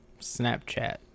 Snapchat